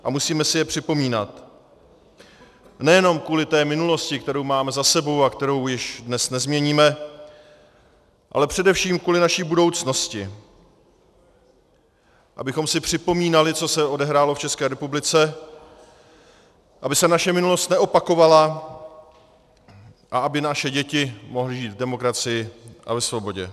A musíme si je připomínat nejenom kvůli minulosti, kterou máme za sebou a kterou již dnes nezměníme, ale především kvůli naší budoucnosti, abychom si připomínali, co se odehrálo v České republice, aby se naše minulost neopakovala a aby naše děti mohly žít v demokracii a ve svobodě.